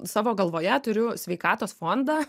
savo galvoje turiu sveikatos fondą